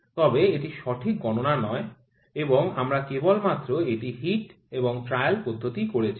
তবে এটি সঠিক গণনা নয় এবং আমরা কেবমাত্র একটি হিট এবং ট্রায়াল পদ্ধতি করেছি